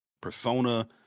Persona